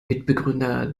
mitbegründer